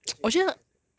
legit too fast eh